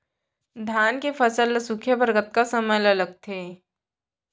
धान के फसल ल सूखे बर कतका समय ल लगथे?